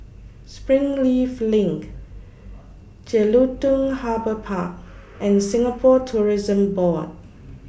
Springleaf LINK Jelutung Harbour Park and Singapore Tourism Board